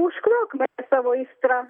užklok mane savo aistra